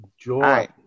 joy